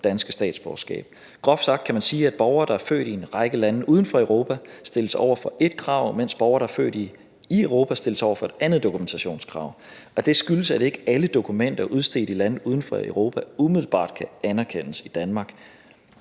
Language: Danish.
danske statsborgerskab. Groft sagt, kan man sige, at borgere, der er født i en række lande uden for Europa, stilles over for ét krav, mens borgere, der er født i Europa, stilles over for et andet dokumentationskrav. Og det skyldes, at ikke alle dokumenter udstedt i lande uden for Europa umiddelbart kan anerkendes i Danmark.